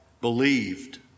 believed